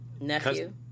Nephew